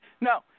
No